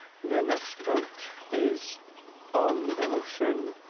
the next vote is on the motion